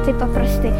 taip paprastai